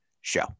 show